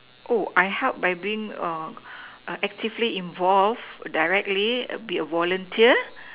oh I help by being a a actively involved directly be a volunteer